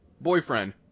Boyfriend